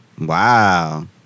Wow